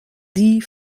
die